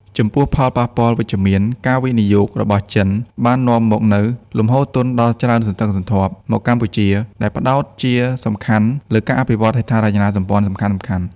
ចំពោះផលប៉ះពាល់វិជ្ជមាន ការវិនិយោគរបស់ចិនបាននាំមកនូវលំហូរទុនដ៏ច្រើនសន្ធឹកសន្ធាប់មកកម្ពុជា ដែលផ្តោតជាសំខាន់លើការអភិវឌ្ឍន៍ហេដ្ឋារចនាសម្ព័ន្ធសំខាន់ៗ។